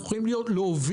אנחנו יכולים להוביל,